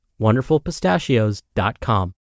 WonderfulPistachios.com